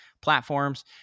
platforms